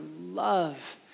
love